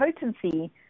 potency